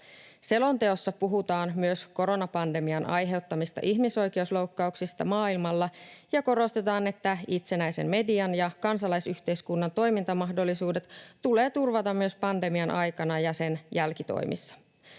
Selonteossa puhutaan myös koronapandemian aiheuttamista ihmisoikeusloukkauksista maailmalla ja korostetaan, että itsenäisen median ja kansalaisyhteiskunnan toimintamahdollisuudet tulee turvata myös pandemian aikana ja sen jälkitoimissa.